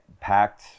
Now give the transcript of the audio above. packed